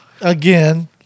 Again